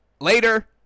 later